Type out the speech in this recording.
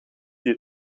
die